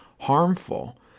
harmful